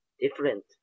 different